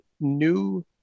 new